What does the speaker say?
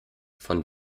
von